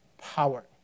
power